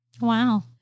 Wow